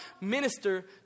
minister